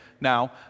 now